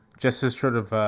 justice sort of.